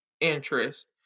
interest